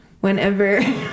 whenever